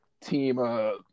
team